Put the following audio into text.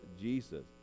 Jesus